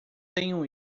tenho